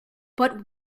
but